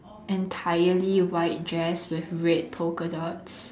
entirely white dress with red polka dots